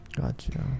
Gotcha